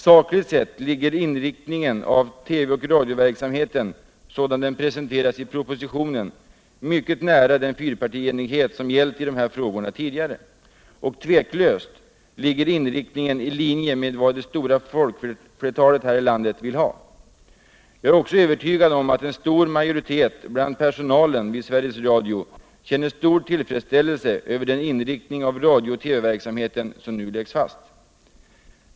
Radions och tele Radions och tele Sakligt sett ligger den i propositionen presenterade inriktningen av TV och radioverksamheten mycket nära den fyrpartienighet som tidigare gällt i samband med dessa frågor, och otvivelaktigt ligger inriktningen i linje med vad det stora folkflertalet här i landet vill ha. Jag är också övertygad om att en stor majoritet bland personalen vid Sveriges Radio känner stor tillfredsstiällelse över den inriktning av radio och TV-verksamheten som nu läggs fast.